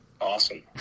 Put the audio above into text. Awesome